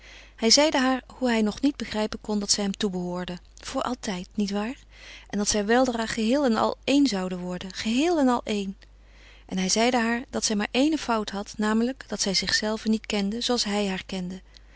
hij zeide haar hoe hij nog niet begrijpen kon dat zij hem toebehoorde voor altijd niet waar en dat zij weldra geheel en al een zouden worden geheel en al een en hij zeide haar dat zij maar éene fout had namelijk dat zij zichzelve niet kende zooals hij